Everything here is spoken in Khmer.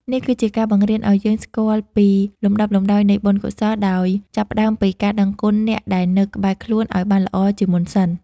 នេះគឺជាការបង្រៀនឱ្យយើងស្គាល់ពីលំដាប់លំដោយនៃបុណ្យកុសល ដោយចាប់ផ្ដើមពីការដឹងគុណអ្នកដែលនៅក្បែរខ្លួនឱ្យបានល្អជាមុនសិន។